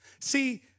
See